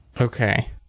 Okay